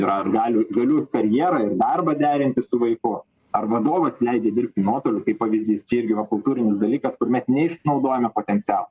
yra ar galiu galiu ir karjerą ir darbą derinti su vaiku ar vadovas leidžia dirbti nuotoliu kaip pavyzdys čia irgi va kultūrinis dalykas kur mes neišnaudojame potencialo